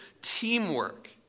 teamwork